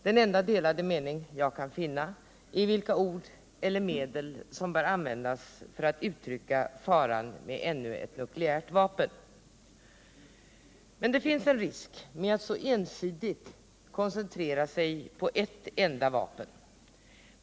Den enda delade mening jag kan finna gäller vilka ord eller medel som bör användas för att uttrycka faran med ännu ett nukleärt vapen. Men det finns en risk med att så ensidigt koncentrera sig på ett enda vapen.